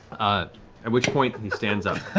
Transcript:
at and which point he stands up,